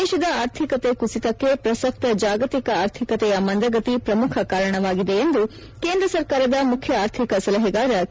ದೇಶದ ಆರ್ಥಿಕತೆ ಕುಸಿತಕ್ಕೆ ಪ್ರಸಕ್ತ ಜಾಗತಿಕ ಆರ್ಥಿಕತೆಯ ಮಂದಗತಿ ಶ್ರಮುಖ ಕಾರಣವಾಗಿದೆ ಎಂದು ಕೇಂದ್ರ ಸರ್ಕಾರದ ಮುಖ್ಯ ಆರ್ಥಿಕ ಸಲಹೆಗಾರ ಕೆ